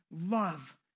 love